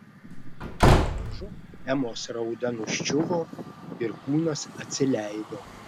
pamažu emos rauda nuščiuvo ir kūnas atsileido